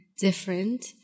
different